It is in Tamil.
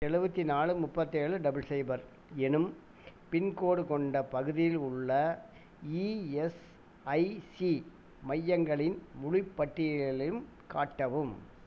எழுபத்தினாலு முப்பத்தி ஏழு டபுள் சைபர் எனும் பின்கோடு கொண்ட பகுதியில் உள்ள இஎஸ்ஐசி மையங்களின் முழுப் பட்டியலையும் காட்டவும்